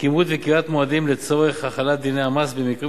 לכימות וקביעת מועדים לצורך החלת דיני המס במקרים